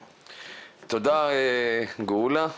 תודה, גאולה.